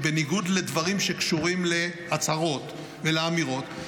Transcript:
בניגוד לדברים שקשורים להצהרות ולאמירות,